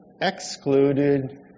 excluded